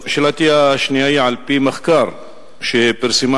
שאלתי השנייה: על-פי מחקר שפרסמה